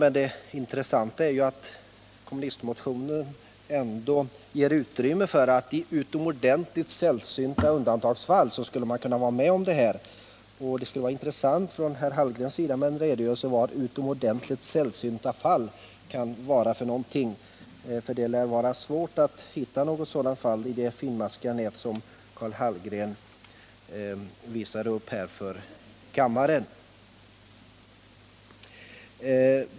Men det intressanta är att vpk-motionen ändå ger utrymme för det i utomordentligt sällsynta undantagsfall. Det vore intressant att få höra vad Karl Hallgren menar med utomordentligt sällsynta undantagsfall. Det lär vara svårt att finna något sådant fall i det finmaskiga nät som Karl Hallgren har visat upp för kammaren.